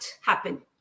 happen